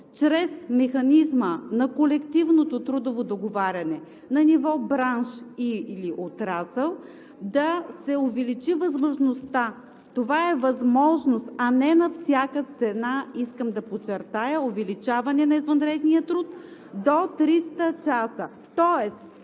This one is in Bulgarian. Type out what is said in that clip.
чрез механизма на колективното трудово договаряне на ниво бранш или отрасъл да се увеличи възможността – това е възможност, а не на всяка цена, искам да подчертая, за увеличаване на извънредния труд до 300 часа.